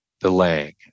delaying